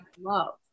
love